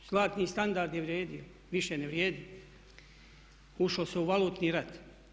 Zlatni standard je vrijedio, više ne vrijedi ušlo se u valutni rat.